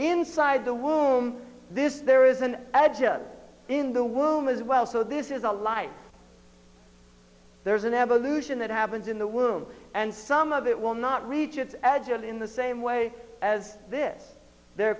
inside the womb this there is an adjective in the womb as well so this is a life there's an evolution that happens in the womb and some of it will not reach its adjured in the same way as this there